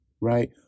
Right